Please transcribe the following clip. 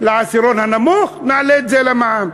לעשירון הנמוך, נעלה את המע"מ.